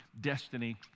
Destiny